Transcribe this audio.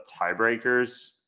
tiebreakers